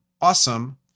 awesome